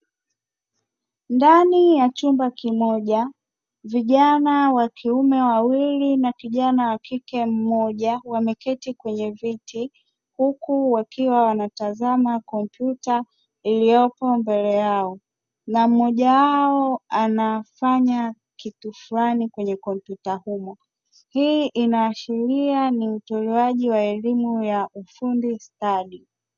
Ndani ya chumba kimoja, vijana wa kiume wawili na kijana wa kike mmoja wamekaa kwenye viti, huku wakiwa wanatazama kompyuta iliyopo mbele yao. Na mmoja wao anafanya kitu fulani kwenye kompyuta hiyo. Hii inaashiria ni utoaji wa elimu ya ufundi stadi.